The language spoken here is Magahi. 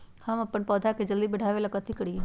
हम अपन पौधा के जल्दी बाढ़आवेला कथि करिए?